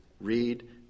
read